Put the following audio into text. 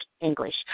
English